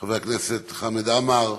חבר הכנסת חמד עמר,